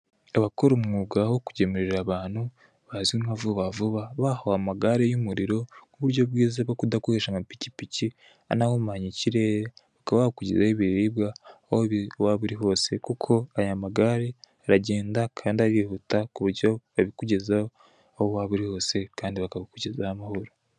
Abakora umwuga wo kugemurira abantu bazwi nka "vuba vuba" bahawe amagare y'umuriro nk'uburyo bwiza bwo kudakoresha amapikipiki anahumanya ikirere bakaba bakugezaho ibiribwa aho waba uri hose, kuko aya magare aragenda kandi arihuta ku buryo babikugezaho aho waba uri hose kandi bakabikugezaho amahoro.